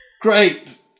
Great